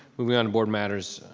moving on to board matters,